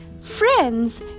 Friends